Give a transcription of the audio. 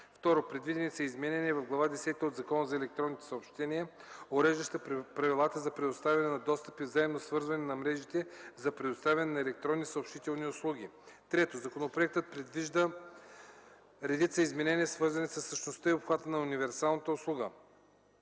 ІІ. Предвидени са изменения в Глава десета от Закона за електронните съобщения, уреждаща правилата за предоставяне на достъп и взаимно свързване на мрежите за предоставяне на електронни съобщителни услуги. ІІІ. Законопроектът предвижда редица изменения, свързани със същността и обхвата на универсалната услуга.